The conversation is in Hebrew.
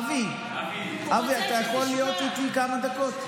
אבי, אתה יכול להיות איתי כמה דקות?